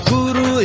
Guru